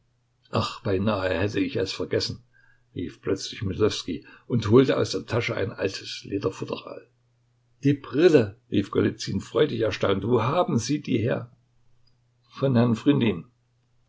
beinahe hätte ich es vergessen rief plötzlich myslowskij und holte aus der tasche ein altes lederfutteral die brille rief golizyn freudig erstaunt wo haben sie die her von herrn